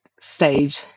stage